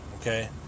Okay